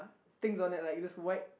things on it like this white